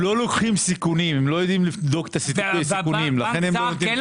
מה ההבדל?